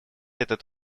этот